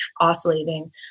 oscillating